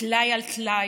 טלאי על טלאי,